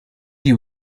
you